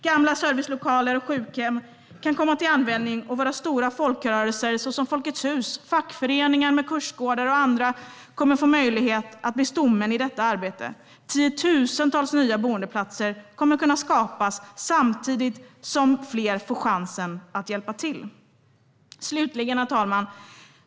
Gamla servicelokaler och sjukhem kan komma till användning, och våra stora folkrörelser såsom Folkets hus, fackföreningar med kursgårdar och andra kommer att få möjlighet att bli stommen i detta arbete. Tiotusentals nya boendeplatser kommer att kunna skapas samtidigt som fler får chansen att hjälpa till. Herr talman!